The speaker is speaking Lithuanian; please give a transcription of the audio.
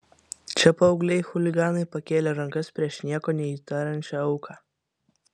čia paaugliai chuliganai pakėlė rankas prieš nieko neįtariančią auką